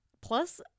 Plus